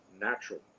natural